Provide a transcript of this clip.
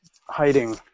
hiding